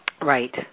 Right